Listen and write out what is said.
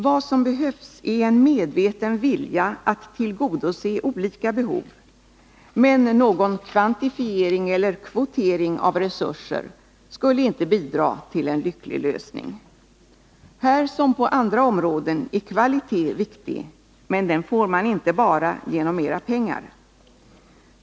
Vad som behövs är en medveten vilja att tillgodose olika behov, men någon kvantifiering eller kvotering av resurser skulle inte bidra till en lycklig lösning. Här som på andra områden är kvalitet viktig, men den får man inte bara genom mera pengar.